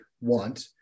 want